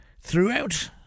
throughout